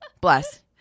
Bless